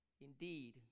indeed